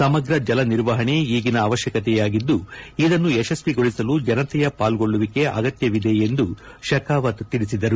ಸಮಗ್ರ ಜಲ ನಿರ್ವಹಣೆ ಈಗಿನ ಅವಶ್ವಕತೆಯಾಗಿದ್ದು ಇದನ್ನು ಯಶಸ್ವಿಗೊಳಿಸಲು ಜನತೆಯ ಪಾಲ್ಗೊಳ್ಳುವಿಕೆ ಅಗತ್ನವಿದೆ ಎಂದು ಶೆಖಾವತ್ ಹೇಳಿದರು